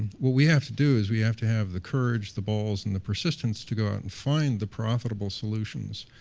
what we have to do is we have to have the courage, the balls, and the persistence to go out and find the profitable solutions